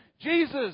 Jesus